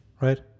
Right